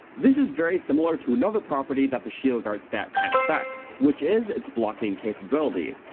this is very similar to another property that the shield guard stat can effect, which is its blocking capability.